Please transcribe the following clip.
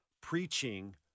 preaching